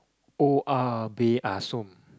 oh-ah-beh-ah-som